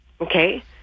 Okay